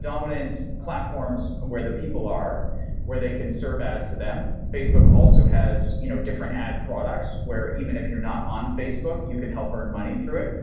dominant platforms dominant platforms where the people are where they can serve ads to them. facebook also has you know different ad products where even if you're not on facebook, you can help earn money through it.